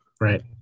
right